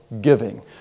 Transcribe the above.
giving